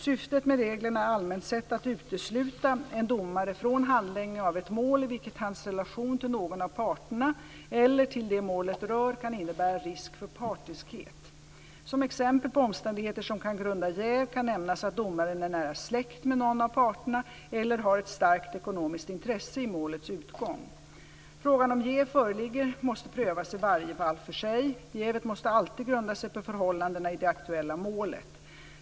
Syftet med reglerna är allmänt sett att utesluta en domare från handläggningen av ett mål i vilket hans relation till någon av parterna eller till det målet rör kan innebära risk för partiskhet. Som exempel på omständigheter som kan grunda jäv kan nämnas att domaren är nära släkt med någon av parterna eller har ett starkt ekonomiskt intresse i målets utgång. Frågan om jäv föreligger måste prövas i varje fall för sig. Jävet måste alltid grunda sig på förhållandena i det aktuella målet.